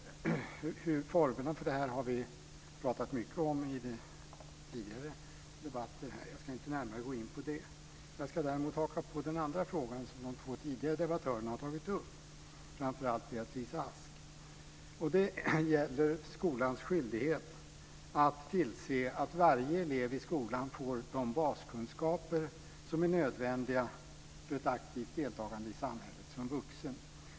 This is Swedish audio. Formerna för det här har vi pratat mycket om i tidigare debatter här, så jag ska inte närmare gå in på det. Jag ska däremot haka på den andra fråga som de två tidigare debattörerna har tagit upp, framför allt Det gäller skolans skyldighet att tillse att varje elev i skolan får de baskunskaper som är nödvändiga för ett aktivt deltagande i samhället som vuxen.